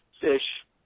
Fish